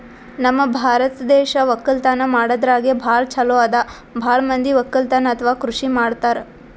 ನಮ್ ಭಾರತ್ ದೇಶ್ ವಕ್ಕಲತನ್ ಮಾಡದ್ರಾಗೆ ಭಾಳ್ ಛಲೋ ಅದಾ ಭಾಳ್ ಮಂದಿ ವಕ್ಕಲತನ್ ಅಥವಾ ಕೃಷಿ ಮಾಡ್ತಾರ್